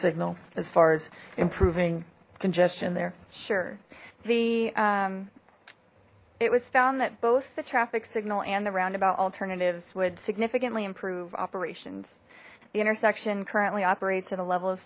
signal as far as improving congestion there sure the it was found that both the traffic signal and the roundabout alternatives would significantly improve operations the intersection currently operates at a level of